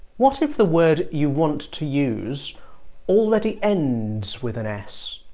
what if the word you want to use already ends with and s?